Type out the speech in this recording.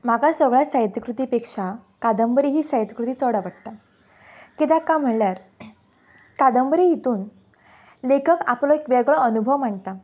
म्हाका सगळ्यां साहित्य कृती पेक्षा कादंबरी ही साहित्य कृती चड आवडटा किद्याक काय म्हळ्ळ्यार कादंबरी हितून लेखक आपलो एक वेगळो अनुभव मांडटा